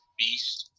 beast